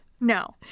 No